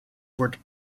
wordt